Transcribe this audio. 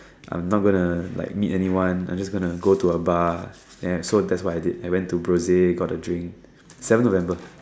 I'm not gonna like meet anyone I'm just gonna go to a bar so that's what I did I went to broaden and got a drink seven November